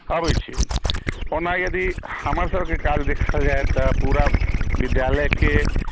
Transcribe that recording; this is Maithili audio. अबै छै ओना यदि हमर सबके काज देखल जाइ तऽ पूरा विद्यालयके